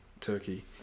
turkey